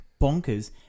bonkers